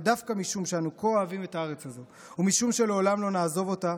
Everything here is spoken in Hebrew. ודווקא משום שאנו כה אוהבים את הארץ הזו ומשום שלעולם לא נעזוב אותה,